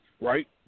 right